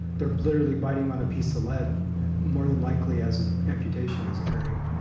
they're literally biting on a piece of lead more than likely as an amputation is occurring.